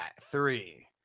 three